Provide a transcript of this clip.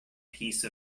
piece